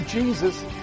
Jesus